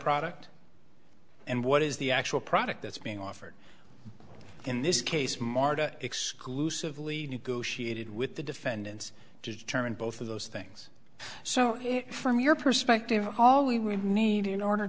product and what is the actual product that's being offered in this case martha exclusively negotiated with the defendants to determine both of those things so from your perspective all we would need in order